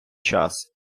час